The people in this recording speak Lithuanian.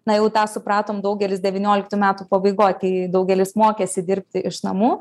na jau tą supratom daugelis devynioliktų metų pabaigoj kai daugelis mokėsi dirbti iš namų